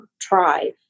try